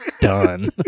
done